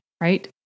right